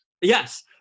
yes